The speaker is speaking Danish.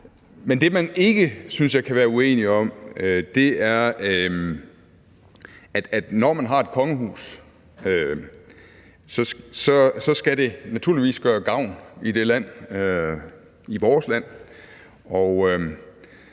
Men det, man ikke, synes jeg, kan være uenige om, er, at når man har et kongehus, skal det naturligvis gøre gavn i det land, i vores land, og